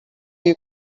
you